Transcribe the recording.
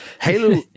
Halo